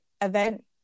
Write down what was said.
event